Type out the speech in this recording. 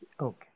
Okay